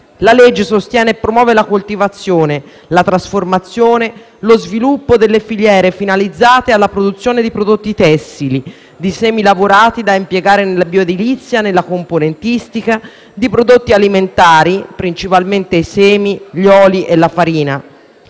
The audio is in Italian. La legge sostiene e promuove la coltivazione, la trasformazione e lo sviluppo delle filiere finalizzate alla produzione di prodotti tessili, di semilavorati da impiegare nella bioedilizia, nella componentistica, di prodotti alimentari (principalmente semi, oli e farina).